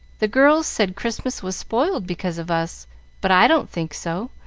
the girls said christmas was spoiled because of us but i don't think so,